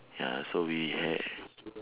ya so we have